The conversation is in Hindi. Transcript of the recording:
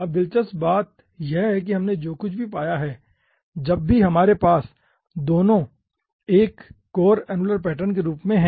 अब दिलचस्प बात यह है कि हमने जो कुछ भी पाया है जब भी हमारे पास दोनों एक कोर अनुलर पैटर्न के रूप में हैं